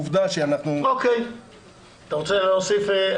את רוצה להוסיף?